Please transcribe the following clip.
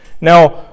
now